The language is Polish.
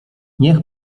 niech